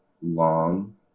long